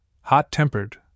hot-tempered